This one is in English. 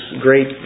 great